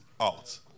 out